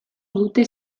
dute